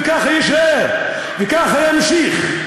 וככה יישאר וככה ימשיך.